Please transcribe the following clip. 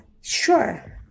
Sure